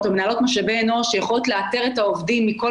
או מנהלות משאבי אנוש שיכולות לאתר את העובדים מכל